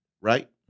right